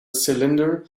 cylinder